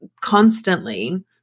constantly